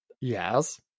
yes